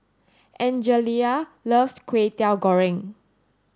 Angelia loves Kway Teow Goreng